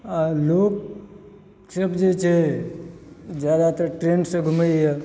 लोग सब जे छै जादातर ट्रेनसंँ घुमैए